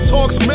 Talks